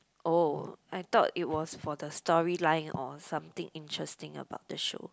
oh I thought it was for the storyline or something interesting about the show